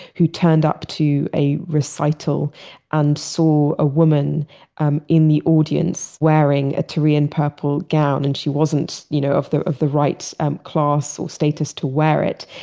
who turned up to a recital and saw a woman um in the audience wearing a tyrian purple gown, and she wasn't you know of the of the right um class or status to wear it.